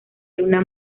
luna